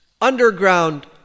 underground